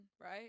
right